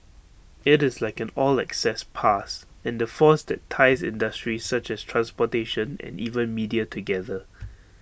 IT is like an all access pass and the force that ties industries such as transportation and even media together